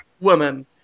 woman